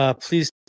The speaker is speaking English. Please